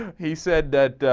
he said that